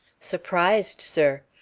surprised, sir.